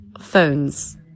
phones